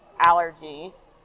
allergies